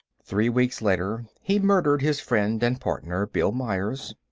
three weeks later, he murdered his friend and partner, bill myers.